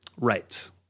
Right